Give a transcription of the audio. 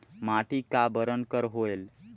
माटी का बरन कर होयल?